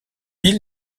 île